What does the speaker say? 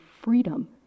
freedom